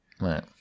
right